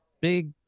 big